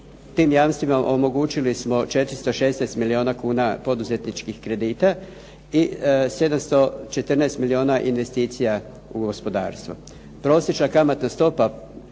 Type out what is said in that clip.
Tim jamstvima omogućili smo 416 milijuna kuna poduzetničkih kredita i 714 milijuna investicija u gospodarstvu.